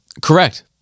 Correct